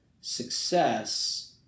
success